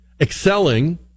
excelling